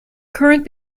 current